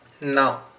now